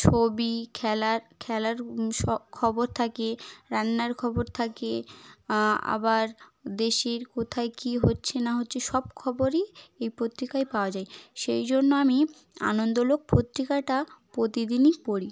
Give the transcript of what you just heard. ছবি খেলার খেলার সব খবর থাকে রান্নার খবর থাকে আবার দেশের কোথায় কী হচ্ছে না হচ্ছে সব খবরই এই পত্রিকায় পাওয়া যায় সেই জন্য আমি আনন্দলোক পত্রিকাটা প্রতিদিনই পড়ি